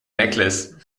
necklace